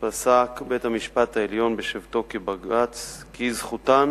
פסק בית-המשפט העליון בשבתו כבג"ץ כי זכותן